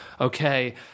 okay